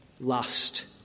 lust